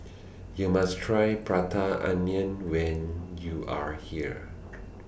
YOU must Try Prata Onion when YOU Are here